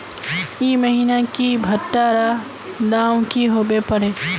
ई महीना की भुट्टा र दाम की होबे परे?